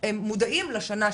הם מודעים לשנה שחלפה.